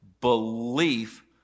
belief